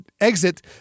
exit